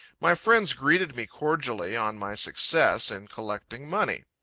my friends greeted me cordially on my success in collecting money.